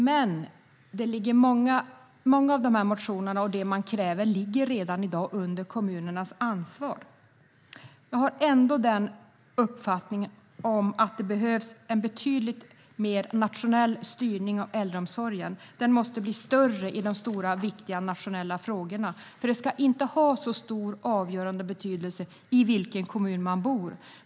Mycket av det man kräver i motionerna ligger redan i dag under kommunernas ansvar. Jag har ändå uppfattningen att det behövs betydligt mer nationell styrning av äldreomsorgen. Den måste bli större i de stora och viktiga nationella frågorna, för det ska inte ha avgörande betydelse i vilken kommun man bor.